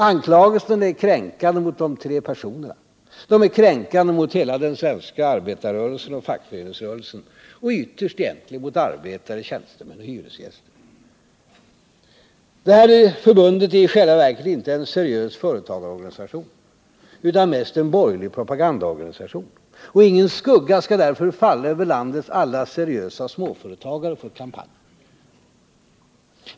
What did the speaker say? Anklagelserna är kränkande mot de tre personerna — de är kränkande mot hela den svenska arbetarrörelsen och fackföreningsrörelsen och ytterst egentligen mot arbetare, tjänstemän och hyresgäster. Detta förbund är i själva verket inte en seriös företagarorganisation utan mest en borgerlig propagandaorganisation. Ingen skugga skall därför falla över landets alla seriösa småföretagare för kampanjen.